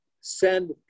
send